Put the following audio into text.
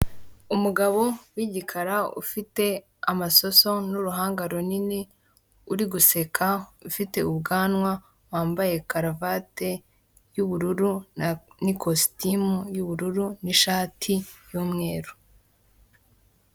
Umugabo w'igikara ufite amasoso n'uruhanga runini, uri guseka ufite ubwanwa, wambaye karuvati y'ubururu n'ikositimu y'ubururu, n'ishati yumweru.